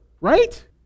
right